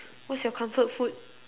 what's your comfort food